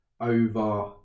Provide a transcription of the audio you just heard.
over